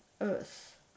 earth